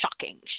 shocking